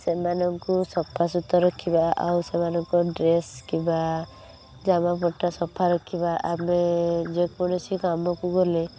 ସେମାନଙ୍କୁ ସଫାସୁତୁରା ରଖିବା ଆଉ ସେମାନଙ୍କ ଡ୍ରେସ୍ କିମ୍ବା ଜାମାପଟା ସଫା ରଖିବା ଆମେ ଯେ କୌଣସି କାମକୁ ଗଲେ